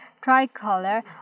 tricolor